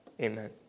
Amen